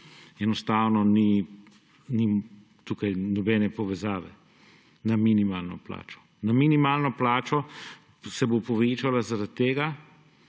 enostavno tukaj ni nobene povezave na minimalno plačo. Minimalna plača se bo povečala zaradi tega,